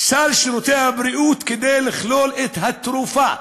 סל שירותי הבריאות כדי לכלול את התרופה,